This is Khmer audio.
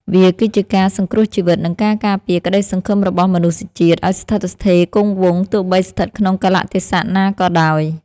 វាគឺជាការសង្គ្រោះជីវិត និងការការពារក្តីសង្ឃឹមរបស់មនុស្សជាតិឱ្យស្ថិតស្ថេរគង់វង្សទោះបីស្ថិតក្នុងកាលៈទេសៈណាក៏ដោយ។